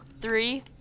Three